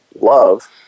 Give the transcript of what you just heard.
love